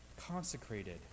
consecrated